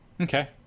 Okay